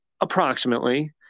approximately